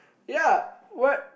ya what